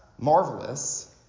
marvelous